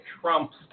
Trump's